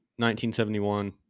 1971